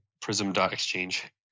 prism.exchange